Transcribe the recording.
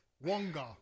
Wonga